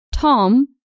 Tom